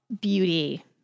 beauty